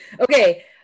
Okay